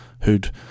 who'd